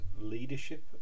leadership